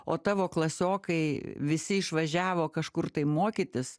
o tavo klasiokai visi išvažiavo kažkur tai mokytis